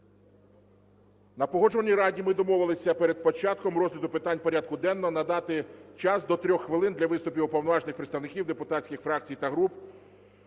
На Погоджувальній раді ми домовилися перед початком розгляду питань порядку денного надати час до 3 хвилин для виступів уповноважених представників депутатських фракцій та груп.